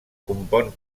compon